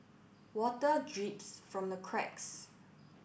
water drips from the cracks